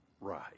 right